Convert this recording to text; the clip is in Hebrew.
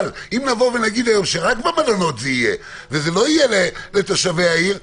אבל אם נגיד היום שזה יהיה רק במלונות וזה לא יהיה לתושבי העיר,